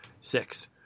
six